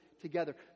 together